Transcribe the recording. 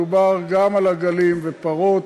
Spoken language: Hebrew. מדובר גם על עגלים ופרות,